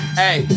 Hey